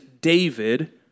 David